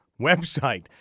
website